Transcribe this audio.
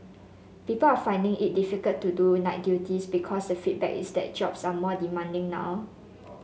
people are finding it difficult to do night duties because the feedback is that jobs are more demanding now